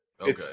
Okay